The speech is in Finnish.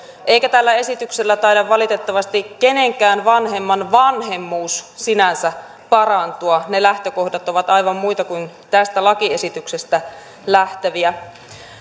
eikä tällä esityksellä taida valitettavasti kenenkään vanhemman vanhemmuus sinänsä parantua ne lähtökohdat ovat aivan muita kuin tästä lakiesityksestä lähteviä